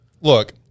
look